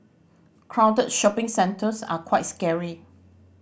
crowded shopping centres are quite scary